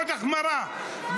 עוד החמרה,